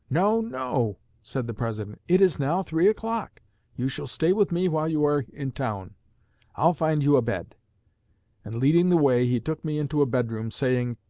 no, no said the president, it is now three o'clock you shall stay with me while you are in town i'll find you a bed' and leading the way, he took me into a bedroom, saying,